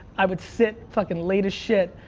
i would sit, fuckin' late a shit,